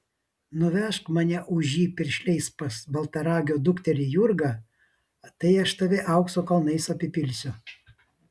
nuvežk mane už jį piršliais pas baltaragio dukterį jurgą tai aš tave aukso kalnais apipilsiu